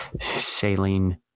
saline